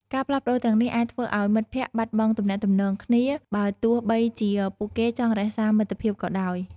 ការផ្លាស់ប្តូរទាំងនេះអាចធ្វើឱ្យមិត្តភក្តិបាត់បង់ទំនាក់ទំនងគ្នា បើទោះបីជាពួកគេចង់រក្សាមិត្តភាពក៏ដោយ ។